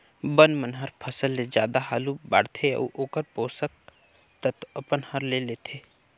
बन मन हर फसल ले जादा हालू बाड़थे अउ ओखर पोषण तत्व अपन हर ले लेथे